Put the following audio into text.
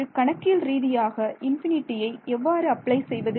ஒரு கணக்கியல் ரீதியாக இன்பினிட்டியை எவ்வாறு அப்ளை செய்வது